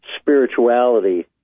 spirituality